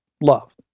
love